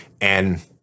And-